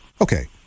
Okay